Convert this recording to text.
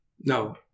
No